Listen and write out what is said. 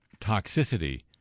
toxicity